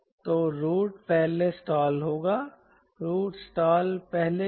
तो रूट पहले स्टाल होगा रूट स्टाल पहले क्यों